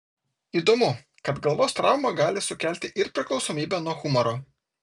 įdomu kad galvos trauma gali sukelti ir priklausomybę nuo humoro